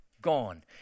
Gone